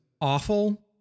awful